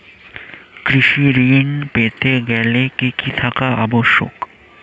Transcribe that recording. কৃষি ঋণ পেতে গেলে কি কি থাকা আবশ্যক?